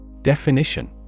Definition